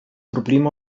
problem